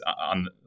on